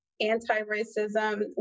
anti-racism